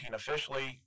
officially